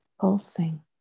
pulsing